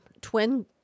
twin